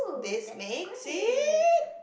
this makes it